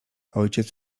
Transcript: ojciec